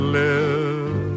live